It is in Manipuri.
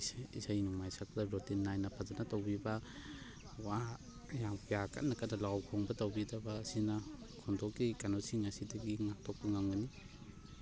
ꯏꯁꯩ ꯅꯣꯡꯃꯥꯏ ꯁꯛꯄꯗ ꯔꯣꯇꯤꯟ ꯅꯥꯏꯅ ꯐꯖꯅ ꯇꯧꯕꯤꯕ ꯋꯥ ꯌꯥꯝ ꯀꯌꯥ ꯀꯟꯅ ꯀꯟꯅ ꯂꯥꯎ ꯈꯣꯡꯕ ꯇꯧꯕꯤꯗꯕ ꯑꯁꯤꯅ ꯈꯣꯟꯊꯣꯛꯀꯤ ꯀꯩꯅꯣꯁꯤꯡ ꯑꯁꯤꯗꯒꯤ ꯉꯥꯛꯊꯣꯛꯄ ꯉꯝꯒꯅꯤ